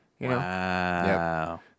Wow